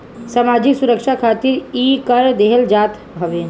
सामाजिक सुरक्षा खातिर इ कर देहल जात हवे